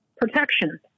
protection